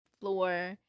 floor